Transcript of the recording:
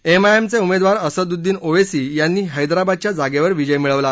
एमआयएमचे उमेदवार असदुद्दीन ओवेसी यांनी हैदराबादच्या जागेवर विजय मिळवला